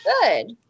Good